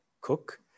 cook